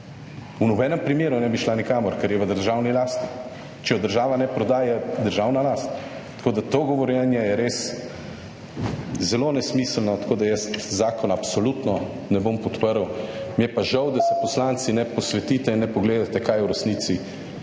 V nobenem primeru ne bi šla nikamor, ker je v državni lasti. Če jo država ne prodaja, državna last. Tako da to govorjenje je res zelo nesmiselno, tako da, jaz zakona absolutno ne bom podprl. Mi je pa žal, da se poslanci ne posvetite in ne pogledate kaj je v resnici v